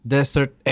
Desert